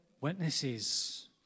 witnesses